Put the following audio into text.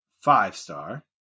five-star